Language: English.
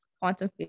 quantum